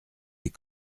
des